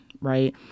right